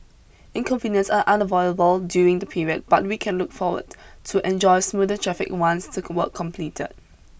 inconvenience are unavoidable during the period but we can look forward to enjoy smoother traffic once took work completed